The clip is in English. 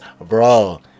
Bro